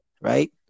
right